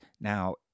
Now